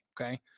okay